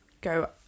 go